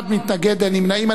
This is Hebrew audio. אחד מתנגד, אין נמנעים.